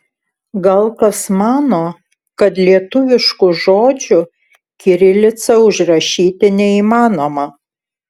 gal kas mano kad lietuviškų žodžių kirilica užrašyti neįmanoma